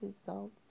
results